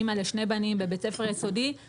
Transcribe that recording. אמא לשני בנים בבית ספר יסודי,